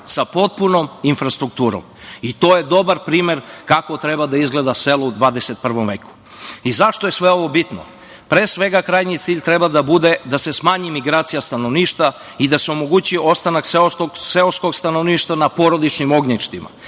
sa potpunom infrastrukturom. To je dobar primer kako treba da izgleda selo u XXI veku.Zašto je sve ovo bitno? Pre svega, krajnji cilj treba da bude da se smanji migracija stanovništva i da se omogući ostanak seoskog stanovništva na porodičnim ognjištima.